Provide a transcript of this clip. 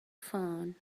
phone